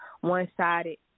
one-sided